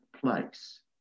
place